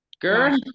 Girl